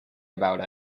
about